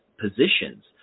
positions